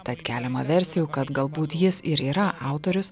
tad keliama versijų kad galbūt jis ir yra autorius